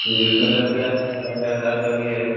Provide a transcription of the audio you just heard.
جی اس میں دس ہزار بھی ہے پندرہ ہزار کا بھی ہے